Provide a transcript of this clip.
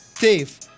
Dave